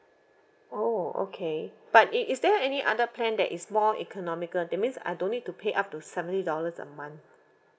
oh okay but is is there any other plan that is more economical that means I don't need to pay up to seventy dollars a month